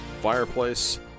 Fireplace